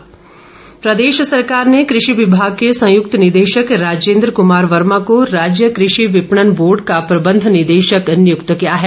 अधिसूचना प्रदेश सरकार ने कृषि विभाग के संयुक्त निदेशक राजेन्द्र कुमार वर्मा को राज्य कृषि विपणन बोर्ड का प्रबंध निदेशक नियुक्त किया है